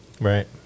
Right